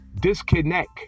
disconnect